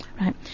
Right